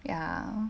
ya